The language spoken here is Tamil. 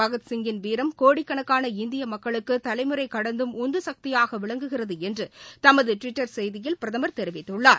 பகத்சிங்கின் வீரம் கோடிக்கணக்கான இந்திய மக்களுக்கு தலைமுறை கடந்தும் உந்து சக்திபாக விளங்குகிறது என்று தமது டுவிட்டர் செய்தியில் பிரதமர் தெரிவித்துள்ளார்